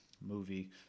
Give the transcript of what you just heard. movie